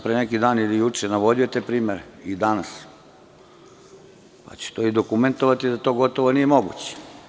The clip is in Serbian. Pre neki dan ili juče sam navodio te primere, ili danas, pa ću to i dokumentovati, da to gotovo nije moguće.